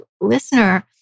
listener